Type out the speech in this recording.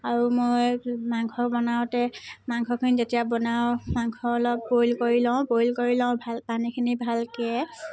আৰু মই মাংস বনাওঁতে মাংসখিনি যেতিয়া বনাওঁ মাংস অলপ বইল কৰি লওঁ বইল কৰি লওঁ ভা পানীখিনি ভালকৈ